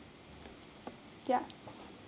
ya